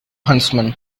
huntsman